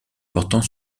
portant